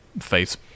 face